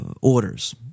orders